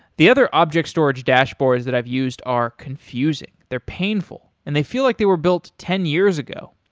the other object storage dashboards that i've used are confusing, they're painful, and they feel like they were built ten years ago.